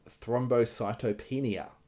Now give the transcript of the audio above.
thrombocytopenia